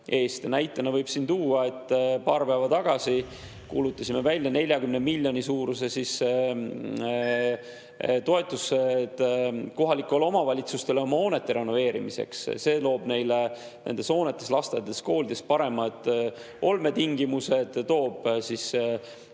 Näitena võib siin tuua, et paar päeva tagasi kuulutasime välja 40 miljoni [euro] suuruse toetuse kohalikele omavalitsustele hoonete renoveerimiseks. See loob nendes hoonetes, lasteaedades, koolides paremad olmetingimused, toob